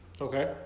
Okay